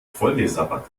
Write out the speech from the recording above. vollgesabbert